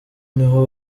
niho